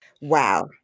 Wow